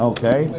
Okay